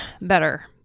better